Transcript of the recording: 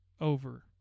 Over